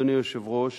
אדוני היושב-ראש,